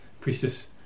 Priestess